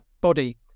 body